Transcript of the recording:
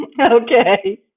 okay